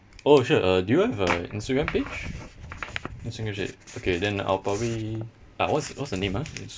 oh sure uh do you have a instagram page instagram page okay then I'll probably uh what's what's the name ah instagram